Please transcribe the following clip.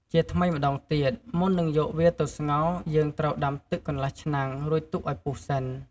ជាថ្មីម្ដងទៀត មុននឹងយកវាទៅស្ងោរ យើងត្រូវដាំទឹកកន្លះឆ្នាំង រួចទុកឱ្យពុះសិន។